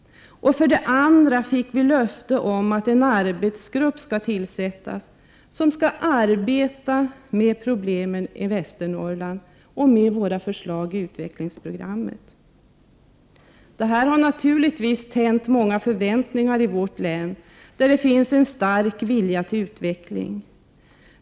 För det andra fick vi löfte om att en arbetsgrupp skall tillsättas som skall arbeta med problemen i Västernorrland och med våra förslag i utvecklingsprogrammet. Det här har naturligtvis tänt många förhoppningar i vårt län, där det finns en stark vilja till utveckling.